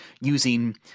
using